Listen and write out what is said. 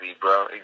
bro